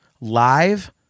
live